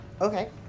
Okay